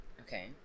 Okay